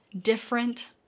different